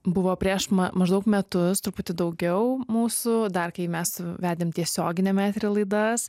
buvo prieš ma maždaug metus truputį daugiau mūsų dar kai mes vedėm tiesioginiam etery laidas